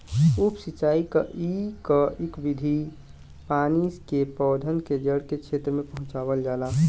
उप सिंचाई क इक विधि है जहाँ पानी के पौधन के जड़ क्षेत्र में पहुंचावल जाला